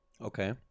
Okay